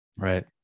Right